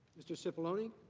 mr. cipollone.